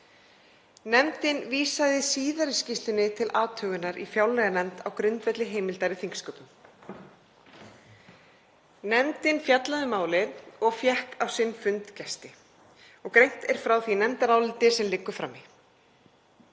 Nefndin vísaði síðari skýrslunni til athugunar í fjárlaganefnd á grundvelli heimildar í þingsköpum. Nefndin fjallaði um málið og fékk gesti á sinn fund. Greint er frá því nefndaráliti sem liggur frammi.